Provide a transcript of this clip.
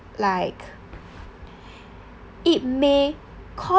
like it may cause